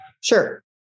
Sure